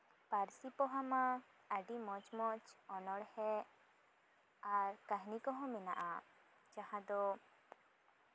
ᱯᱟᱹᱨᱥᱤ ᱯᱳᱦᱟ ᱢᱟ ᱟᱹᱰᱤ ᱢᱚᱡᱽ ᱢᱚᱡᱽ ᱚᱱᱚᱬᱦᱮ ᱟᱨ ᱠᱟᱹᱦᱱᱤ ᱠᱚᱦᱚᱸ ᱢᱮᱱᱟᱜᱼᱟ ᱡᱟᱦᱟᱸ ᱫᱚ